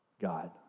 God